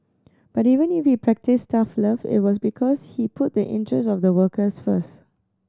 but even if he practised tough love it was because he put the interest of the workers first